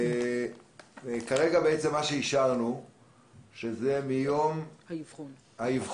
כרגע אישרנו שזה מיום האבחון.